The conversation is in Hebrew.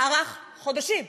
ארך חודשים,